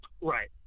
Right